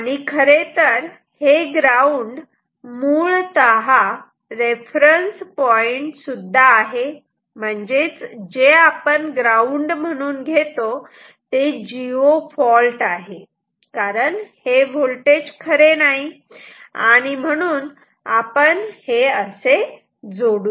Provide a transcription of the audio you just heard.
आणि खरेतर हे ग्राउंड मुळतः रेफरन्स पॉइन्ट सुद्धा आहे म्हणजेच जे आपण ग्राउंड म्हणून घेतो ते जिओ फॉल्ट आहे कारण हे व्होल्टेज खरे नाही आणि म्हणून आपण हे असे जोडू